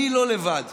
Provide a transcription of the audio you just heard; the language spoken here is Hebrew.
אנחנו, אני לא לבד.